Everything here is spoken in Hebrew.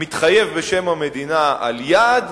מתחייב בשם המדינה על יעד,